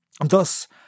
Thus